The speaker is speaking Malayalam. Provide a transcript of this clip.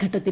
ഘട്ടത്തിൽ